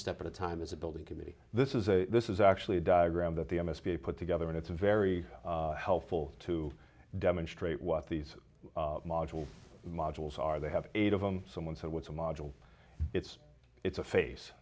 step at a time as a building committee this is a this is actually a diagram that the m s p put together and it's very helpful to demonstrate what these modules modules are they have eight of them someone said what's a module it's it's a face